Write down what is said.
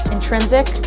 Intrinsic